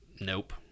Nope